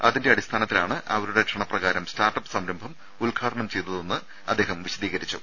അതിന്റെ അടിസ്ഥാനത്തിലാണ് അവരുടെ ക്ഷണപ്രകാരം സ്റ്റാർട്ടപ്പ് സംരംഭം ഉദ്ഘാടനം ചെയ്തതെന്ന് അദ്ദേഹം വിശദീകരിച്ചു